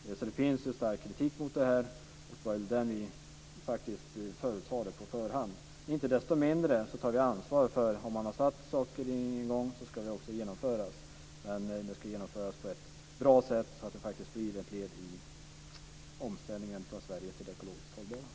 Det finns alltså en stark kritik mot det här, vilket vi också förutsade på förhand. Inte desto mindre tar vi ansvar: Har man satt i gång saker ska de också genomföras. Men de ska genomföras på ett bra sätt, så att det faktiskt blir ett led i omställningen av Sverige till det ekologiskt hållbara samhället.